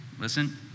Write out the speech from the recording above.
Listen